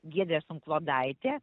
giedrė sunklodaitė